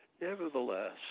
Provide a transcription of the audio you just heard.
Nevertheless